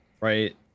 right